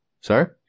Sorry